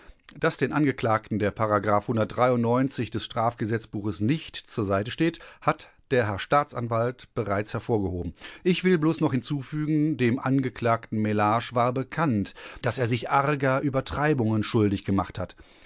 daß den angeklagten der des strafgesetzbuches nicht zur seite steht hat der herr staatsanwalt bereits hervorgehoben ich will bloß noch hinzufügen dem angeklagten mellage war bekannt daß er sich arger übertreibungen schuldig gemacht hat